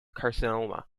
carcinoma